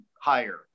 higher